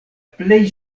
plej